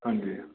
हंजी